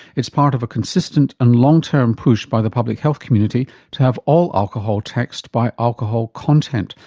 it's part of a consistent and long term push by the public health community to have all alcohol taxed by alcohol content,